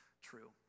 true